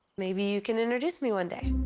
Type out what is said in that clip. maybe you can introduce me one day.